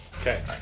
Okay